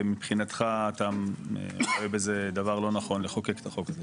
מבחינתך אתה רואה בזה דבר לא נכון לחוקק את החוק הזה.